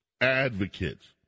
advocates